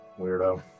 Weirdo